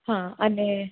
હા અને